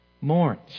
mourns